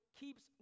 keeps